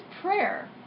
prayer